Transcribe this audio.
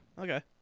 Okay